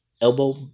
Elbow